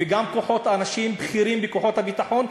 וגם אנשים בכירים בכוחות הביטחון,